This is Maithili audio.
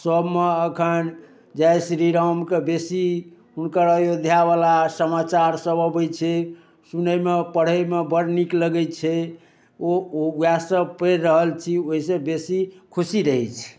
सब मऽ अखन जय श्रीराम के बेसी हुनकर अयोध्या बला समाचार सब अबै छै सुनै मे पढ़ै मे बड़ निक लगै छै ओ ओ वएह सब पैढ़ रहल छी ओइसँ बेसी खुशी रहै छी